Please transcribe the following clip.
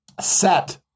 set